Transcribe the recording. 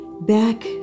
back